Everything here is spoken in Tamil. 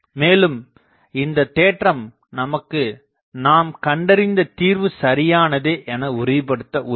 மேலும் இந்தத் தேற்றம் நமக்கு நாம் கண்டறிந்த தீர்வு சரியானதே என உறுதிப்படுத்த உதவும்